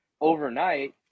overnight